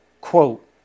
Quote